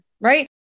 Right